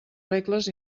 regles